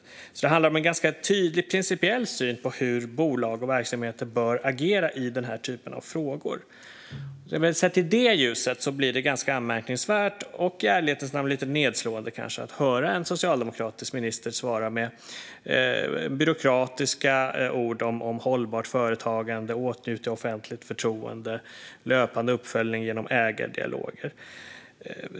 Det handlar alltså om en ganska tydligt principiell syn på hur bolag och verksamheter bör agera i denna typ av frågor. Sett i det ljuset blir det ganska anmärkningsvärt och i ärlighetens namn kanske lite nedslående att höra en socialdemokratisk minister svara med byråkratiska ord om hållbart företagande, att åtnjuta offentligt förtroende och löpande uppföljning genom ägardialoger.